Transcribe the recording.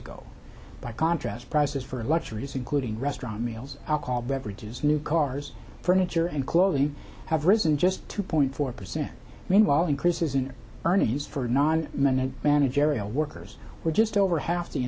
ago by contrast prices for luxuries including restaurant meals alcohol beverages new cars furniture and clothes you have risen just two point four percent meanwhile increases in earnings used for non men and managerial workers were just over half the